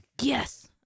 Yes